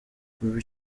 kuva